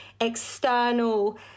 external